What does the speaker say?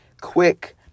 quick